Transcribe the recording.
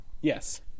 Yes